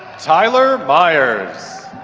tyler meyers.